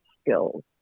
skills